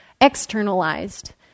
externalized